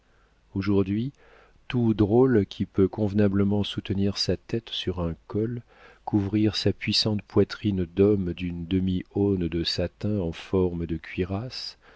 aujourd'hui tout drôle qui peut convenablement soutenir sa tête sur un col couvrir sa puissante poitrine d'homme d'une demi aune de satin en forme de cuirasse